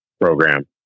program